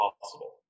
possible